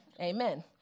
Amen